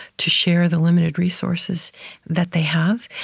to share the limited resources that they have,